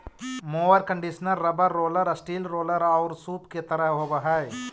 mower conditioner rubber roller, steel roller औउर सूप के तरह के होवऽ हई